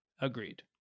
Agreed